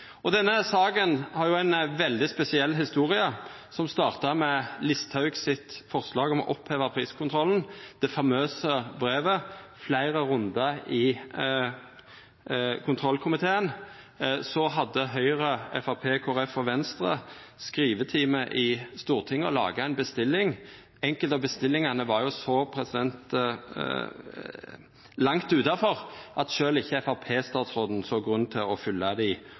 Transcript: same. Denne saka har ei veldig spesiell historie, som starta med forslaget frå Listhaug om å oppheva priskontrollen, det famøse brevet og fleire rundar i kontrollkomiteen. Så hadde Høgre, Framstegspartiet, Kristeleg Folkeparti og Venstre skrivetime i Stortinget og laga ei bestilling. Enkelte av bestillingane var så langt utanfor at sjølv ikkje Framstegsparti-statsråden såg nokon grunn til å følgja dei